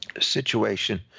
situation